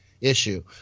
issue